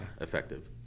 effective